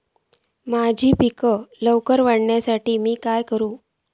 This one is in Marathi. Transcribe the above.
माझी पीक सराक्कन वाढूक मी काय करू?